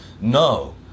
No